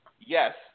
yes